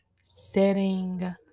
setting